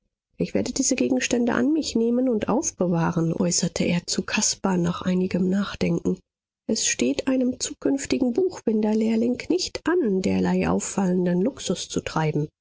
ich werde diese gegenstände an mich nehmen und aufbewahren äußerte er zu caspar nach einigem nachdenken es steht einem zukünftigen buchbinderlehrling nicht an derlei auffallenden luxus zu treiben